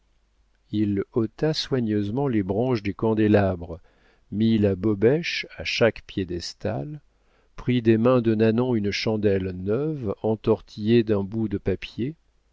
il ôta soigneusement les branches des candélabres mit la bobèche à chaque piédestal prit des mains de nanon une chandelle neuve entortillée d'un bout de papier